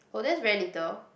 oh that's very little